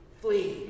flee